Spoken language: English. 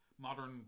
Modern